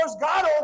God